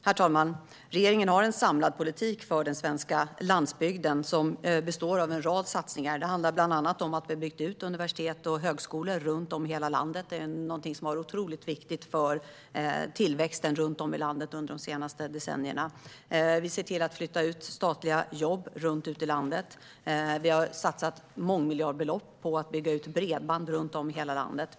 Herr talman! Regeringen har en samlad politik för den svenska landsbygden som består av en rad satsningar. Bland annat har vi byggt ut universitet och högskolor över hela landet, vilket har varit otroligt viktigt för tillväxten runt om i landet under de senaste decennierna. Vi ser till att flytta statliga jobb ut i landet, och vi har satsat mångmiljardbelopp på att bygga ut bredband runt om i hela landet.